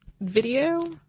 video